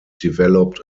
developed